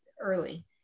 early